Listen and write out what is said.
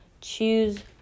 choose